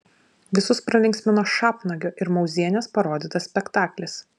visus pralinksmino šapnagio ir mauzienės parodytas spektaklis